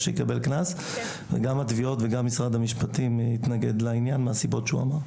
--- וגם התביעות וגם משרד המשפטים התנגדו לעניין מהסיבות שהוא אמר.